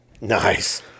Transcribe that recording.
Nice